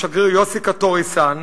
השגריר יושינורי קטורי-סן,